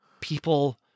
people